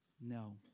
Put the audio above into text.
No